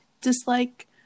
dislike